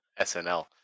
snl